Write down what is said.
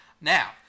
Now